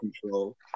control